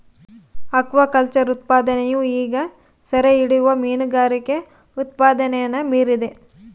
aquaculture ಉತ್ಪಾದನೆಯು ಈಗ ಸೆರೆಹಿಡಿಯುವ ಮೀನುಗಾರಿಕೆ ಉತ್ಪಾದನೆನ ಮೀರಿದೆ